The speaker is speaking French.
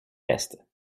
restes